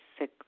sick